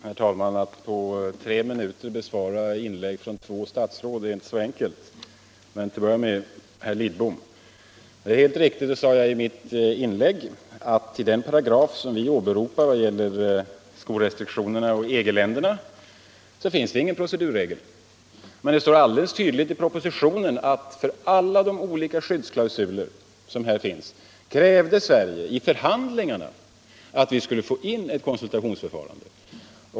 Herr talman! Att på tre minuter besvara inlägg från två statsråd är inte så enkelt. Jag börjar med herr Lidbom. Det är helt riktigt — det sade jag i mitt inlägg — att i den paragraf som Sverige åberopar i vad gäller skorestriktioner gentemot EG-länderna finns ingen procedurregel. Men det står alldeles tydligt i propositionen att för alla de olika skyddsklausuler som här finns krävde Sverige i förhandlingarna att vi skulle få in ett konsultationsförfarande.